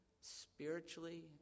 spiritually